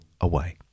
away